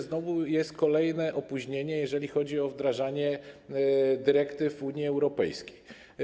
Znowu jest kolejne opóźnienie, jeżeli chodzi o wdrażanie dyrektyw Unii Europejskiej.